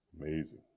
Amazing